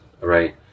right